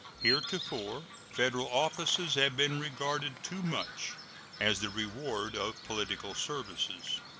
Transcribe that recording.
heretofore federal offices have been regarded too much as the reward of political services.